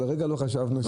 לרגע לא חשבנו כך.